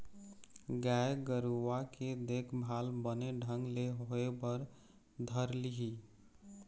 गाय गरुवा के देखभाल बने ढंग ले होय बर धर लिही